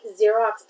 Xerox